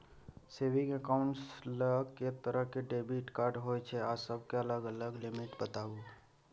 Saving accounts ल के तरह के डेबिट कार्ड होय छै आ सब के अलग अलग लिमिट बताबू?